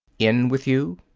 in with you!